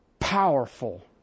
powerful